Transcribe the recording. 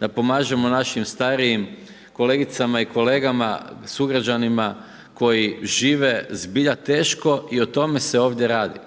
da pomažemo našim starijim kolegicama i kolegama, sugrađanima koji žive zbilja teško i o tome se ovdje radi.